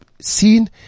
seen